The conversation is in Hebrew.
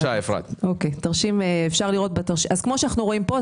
כמו שאנחנו רואים כאן,